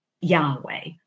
Yahweh